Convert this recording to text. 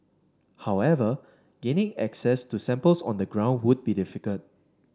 however gaining access to samples on the ground would be difficult